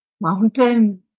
Mountain